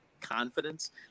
confidence